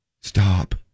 stop